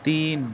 تین